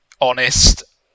honest